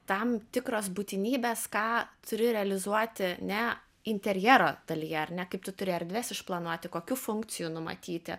tam tikros būtinybės ką turi realizuoti ne interjero dalyje ar ne kaip tu turi erdves išplanuoti kokių funkcijų numatyti